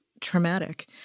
traumatic